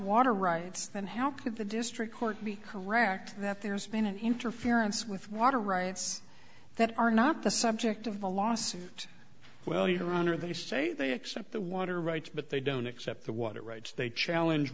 water rights then how could the district court be correct that there's been an interference with water rights that are not the subject of the lawsuit well you wonder they say they accept the water rights but they don't accept the water rights they challenge